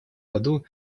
году